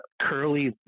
curly